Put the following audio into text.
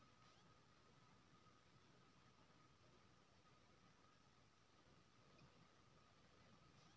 ई ओ सीमा छिये जतबा तक किने बला वा बेचे बला दाम केय बढ़ाई सकेए